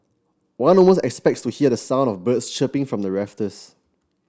one almost expect to hear the sound of birds chirping from the rafters